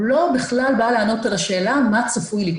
הוא בכלל לא בא לענות על השאלה מה צפוי לקרות.